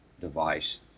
device